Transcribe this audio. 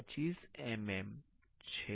25 mm છે